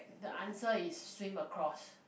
the answer is swim across